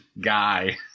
guy